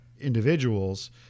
individuals